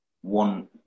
one